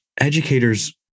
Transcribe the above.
educators